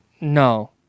No